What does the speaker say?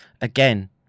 again